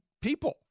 people